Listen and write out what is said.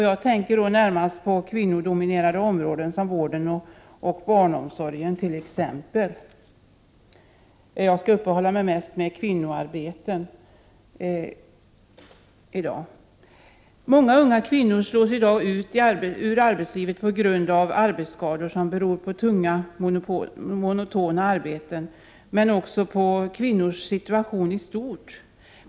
Jag tänker då närmast på kvinnodominerade områden, t.ex. vården och barnomsorgen. Jag skall i dag uppehålla mig mest vid kvinnoarbeten. Många unga kvinnor slås i dag ut ur arbetslivet på grund av arbetsskador till följd av tunga monotona arbeten, men också på grund av kvinnors situation i stort.